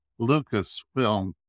Lucasfilm